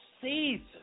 season